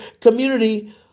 community